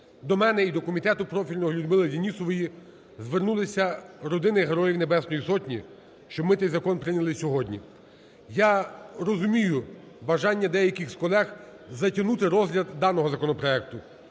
До мене і до комітету профільного Людмили Денісової звернулися родини Героїв Небесної Сотні, щоб ми цей закон прийняли сьогодні. Я розумію бажання деяких з колег затягнути розгляд даного законопроекту.